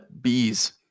bees